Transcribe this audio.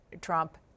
Trump